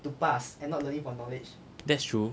that's true